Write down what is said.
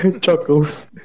Chuckles